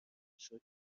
شکرت